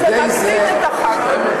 זה מקטין את הח"כים.